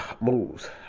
moves